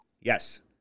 yes